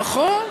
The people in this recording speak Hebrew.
נכון.